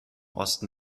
osten